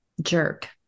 jerk